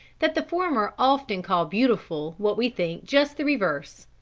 that the former often call beautiful what we think just the reverse.